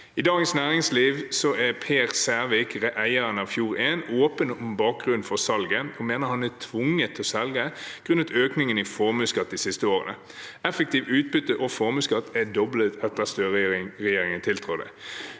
I Dagens næringsliv er Per Sævik, eier av Fjord1, åpen om bakgrunnen for salget. Han mener han er tvunget til å selge grunnet økningen i formuesskatt de siste årene. Effektiv utbytte- og formuesskatt er doblet etter at Støre-regjeringen tiltrådte.